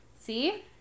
See